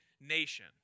nation